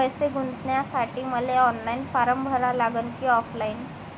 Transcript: पैसे गुंतन्यासाठी मले ऑनलाईन फारम भरा लागन की ऑफलाईन?